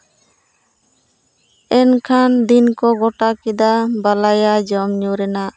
ᱮᱱᱠᱷᱟᱱ ᱫᱤᱱ ᱠᱚ ᱜᱚᱴᱟ ᱠᱮᱫᱟ ᱵᱟᱞᱟᱭᱟ ᱡᱚᱢ ᱧᱩ ᱨᱮᱱᱟᱜ